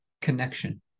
connection